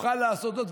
יוכל לעשות זאת.